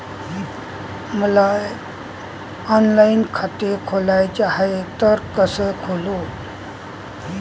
मले ऑनलाईन खातं खोलाचं हाय तर कस खोलू?